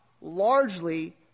largely